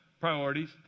Priorities